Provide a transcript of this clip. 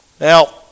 Now